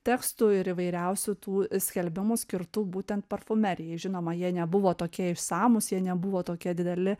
tekstų ir įvairiausių tų skelbimų skirtų būtent parfumerijai žinoma jie nebuvo tokie išsamūs jie nebuvo tokie dideli